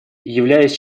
являясь